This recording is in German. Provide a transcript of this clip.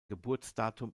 geburtsdatum